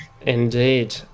Indeed